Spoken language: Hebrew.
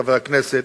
חבר הכנסת.